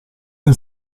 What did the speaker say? del